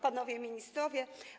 Panowie Ministrowie!